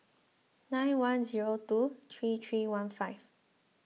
nine one zero two three three one five